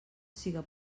siga